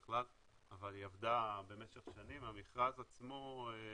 אבל היא עבדה במשך שנים, המכרז עצמו,